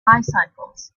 bicycles